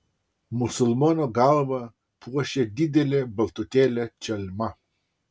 musulmono galvą puošė didelė baltutėlė čalma